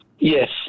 Yes